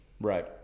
Right